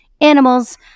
animals